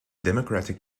democratic